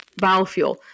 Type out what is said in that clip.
biofuel